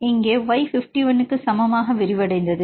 இங்கே y 51 க்கு சமமாக விரிவடைந்தது